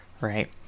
right